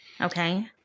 okay